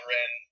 Ren